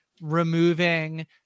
removing